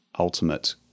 ultimate